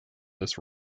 this